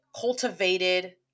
cultivated